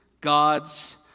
God's